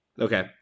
Okay